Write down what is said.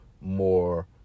more